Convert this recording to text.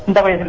w